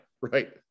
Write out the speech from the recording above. right